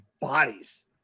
bodies